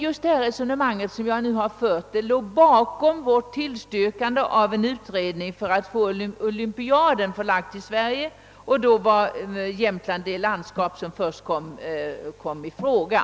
Just det resonemang som jag nu har fört låg bakom vårt tillstyrkande av en utredning av vinterolympiadens förläggning till Sverige; Jämtland var det landskap som först kom i fråga.